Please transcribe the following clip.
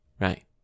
Right